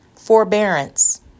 forbearance